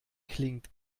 klingt